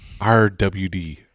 RWD